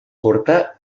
curta